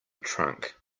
trunk